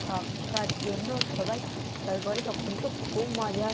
ছক্কার জন্য সবাই চিৎকার করে তখন তো খুব মজা হয়